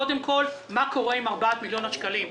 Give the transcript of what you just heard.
קודם כול מה קורה עם 4 מיליון השקלים,